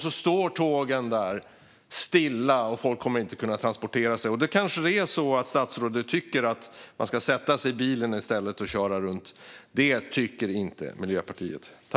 Då står tågen stilla där, och folk kommer inte att kunna transportera sig. Då kanske det är så att statsrådet tycker att man ska sätta sig i bilen i stället och köra runt. Det tycker inte Miljöpartiet.